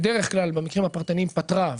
בדרך כלל במקרים הפרטניים פתרה,